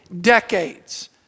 decades